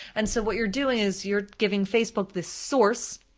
and so what you're doing is you're giving facebook this source,